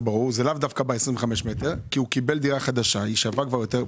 זה לאו דווקא בתחום 25 המטרים כי הוא קיבל דירה חדשה ששווה יותר.